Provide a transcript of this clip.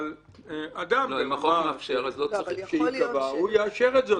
אבל אדם ברמה שתיקבע יאשר את זה.